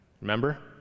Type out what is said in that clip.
remember